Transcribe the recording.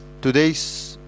today's